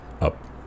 up